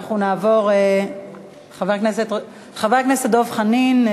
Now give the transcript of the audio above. חבר כנסת דב חנין,